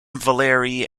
valerie